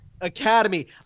Academy